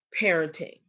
parenting